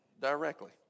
directly